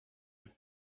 with